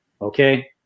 Okay